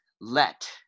let